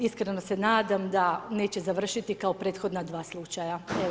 Iskreno se nadam da neće završiti kao prethodna dva slučaja.